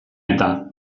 eta